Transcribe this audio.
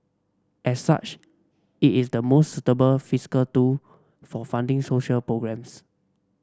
as such it is the most suitable fiscal do for funding social programmes